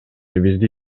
бизди